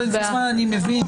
אני מבין.